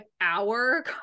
hour